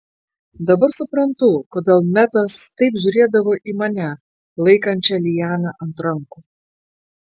dabar suprantu kodėl metas taip žiūrėdavo į mane laikančią lianą ant rankų